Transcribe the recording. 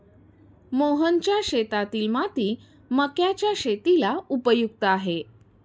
मोहनच्या शेतातील माती मक्याच्या शेतीला उपयुक्त आहे